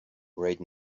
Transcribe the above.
right